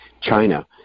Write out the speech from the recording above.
China